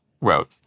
wrote